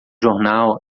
jornal